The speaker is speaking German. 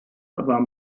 war